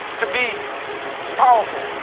to be powerful,